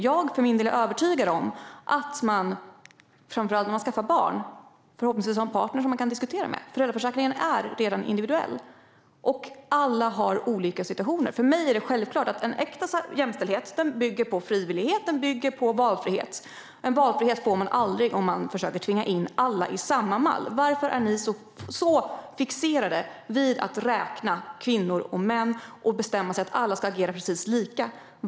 Framför allt när man skaffar barn har man förhoppningsvis en partner som man kan diskutera med. Föräldraförsäkringen är redan individuell. Alla har olika situationer. För mig är det självklart att en äkta jämställdhet bygger på frivillighet och valfrihet. Valfrihet får man aldrig om man försöker tvinga in alla i samma mall. Varför är ni så fixerade vid att räkna kvinnor och män och bestämma att alla ska agera precis lika?